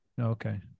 Okay